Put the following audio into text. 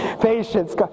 patience